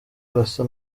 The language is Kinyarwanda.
arasa